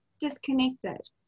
disconnected